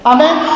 Amen